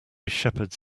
shepherds